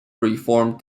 reformed